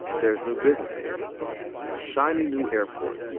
there's new businesses. a shiny new airport.